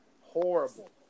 Horrible